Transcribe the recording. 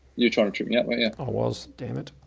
you're trying to trip me up. yeah, i was dammit.